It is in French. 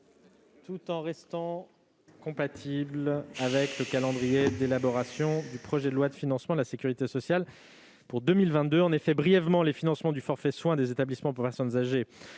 tout en restant compatible avec le calendrier d'élaboration du projet de loi de financement de la sécurité sociale pour 2022. En effet, les financements du forfait soins des établissements d'hébergement pour personnes âgées